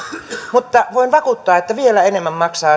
mutta voin vakuuttaa että vielä enemmän maksaa